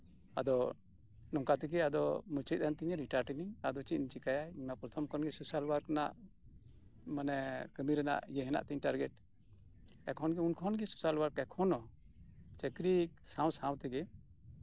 ᱟᱫᱚ ᱱᱚᱝᱠᱟ ᱛᱮᱜᱮ ᱢᱩᱪᱟᱹᱫ ᱮᱱ ᱛᱤᱧᱟ ᱨᱤᱴᱟᱲ ᱤᱱᱟᱹᱧ ᱛᱚ ᱪᱮᱫ ᱤᱧ ᱪᱤᱠᱟᱭᱟ ᱯᱨᱚᱛᱷᱚᱢ ᱠᱷᱚᱱᱜᱮ ᱥᱳᱥᱟᱞ ᱳᱟᱨᱠ ᱨᱮᱱᱟᱜ ᱢᱟᱱᱮ ᱠᱟᱹᱢᱤ ᱨᱮᱭᱟᱜ ᱴᱟᱨᱠᱜᱮᱴ ᱦᱮᱱᱟᱜ ᱛᱤᱧ ᱩᱱᱠᱷᱚᱱ ᱜᱮ ᱥᱳᱥᱟᱞ ᱳᱟᱨᱠ ᱮᱠᱷᱚᱱᱳ ᱪᱟᱠᱨᱤ ᱥᱟᱶ ᱥᱟᱶ ᱛᱮᱜᱮ